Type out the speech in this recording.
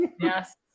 yes